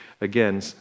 again